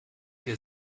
dir